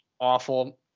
awful